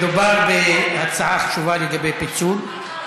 מדובר בהצעה חשובה לגבי פיצול,